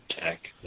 tech